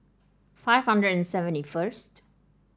five hundred and seventy first